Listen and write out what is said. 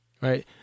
Right